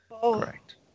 Correct